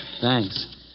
Thanks